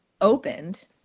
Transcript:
opened